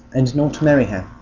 and not marry her.